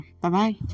Bye-bye